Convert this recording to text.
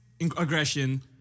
aggression